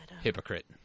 hypocrite